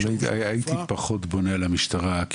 הייתי פחות בונה על המשטרה.